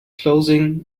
clothing